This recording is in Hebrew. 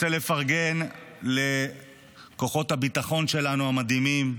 אני רוצה לפרגן לכוחות הביטחון שלנו, המדהימים,